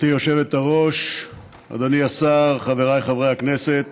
גברתי היושבת-ראש, אדוני השר, חבריי חברי הכנסת,